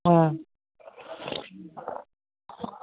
आं